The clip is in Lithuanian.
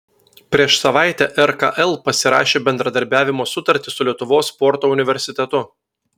prieš savaitę rkl pasirašė bendradarbiavimo sutartį su lietuvos sporto universitetu